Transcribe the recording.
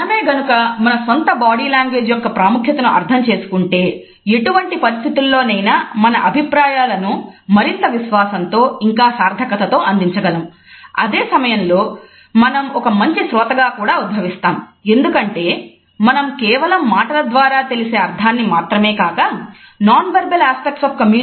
మనమే గనుక మన సొంత బాడీ లాంగ్వేజ్ యొక్క ప్రాముఖ్యతను అర్థం చేసుకుంటే ఎటువంటి పరిస్థితుల్లోనైనా మన అభిప్రాయాలను మరింత విశ్వాసంతో ఇంకా సార్ధకత తో అందించగలము